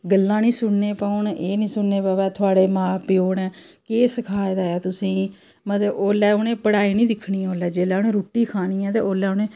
गल्लां निं सुनने पौन एह् निं सुनना पवै थुआड़े मां प्यो ने केह् सखाए दा ऐ तुसेंगी मतलब उसलै उनेंगी पढ़ाई निं दिक्खनी जिसलै उ'नें रुट्टी खानी ऐ ते उसलै उ'नें